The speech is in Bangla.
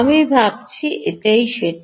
আমি ভাবছি এটাই সেটা